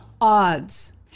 odds